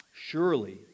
Surely